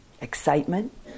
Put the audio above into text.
excitement